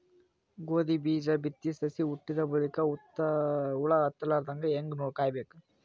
ಗೋಧಿ ಬೀಜ ಬಿತ್ತಿ ಸಸಿ ಹುಟ್ಟಿದ ಬಲಿಕ ಹುಳ ಹತ್ತಲಾರದಂಗ ಹೇಂಗ ಕಾಯಬೇಕು?